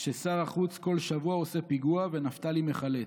ששר החוץ כל שבוע עושה פיגוע ונפתלי מחלץ.